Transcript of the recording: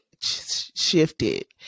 shifted